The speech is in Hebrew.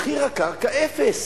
מחיר הקרקע אפס.